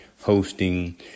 hosting